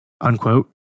unquote